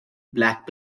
black